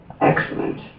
Excellent